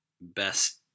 best